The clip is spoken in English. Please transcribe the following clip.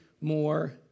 more